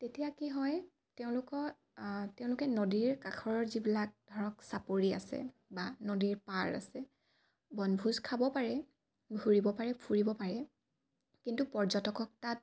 তেতিয়া কি হয় তেওঁলোকক তেওঁলোকে নদীৰ কাষৰ যিবিলাক ধৰক চাপৰি আছে বা নদীৰ পাৰ আছে বনভোজ খাব পাৰে ঘূৰিব পাৰে ফুৰিব পাৰে কিন্তু পৰ্যটকক তাত